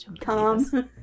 Tom